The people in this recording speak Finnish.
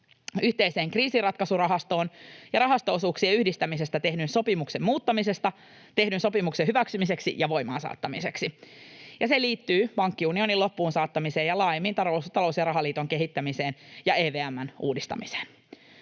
yhteiseen kriisinratkaisurahastoon ja rahasto-osuuksien yhdistämisestä tehdyn sopimuksen muuttamisesta tehdyn sopimuksen hyväksymiseksi ja voimaansaattamiseksi. Se liittyy pankkiunionin loppuunsaattamiseen ja laajemmin talous- ja rahaliiton kehittämiseen ja EVM:n uudistamiseen.